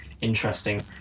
interesting